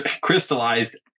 crystallized